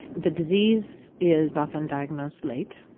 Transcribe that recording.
the disease is often diagnosed late,